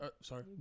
Sorry